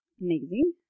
amazing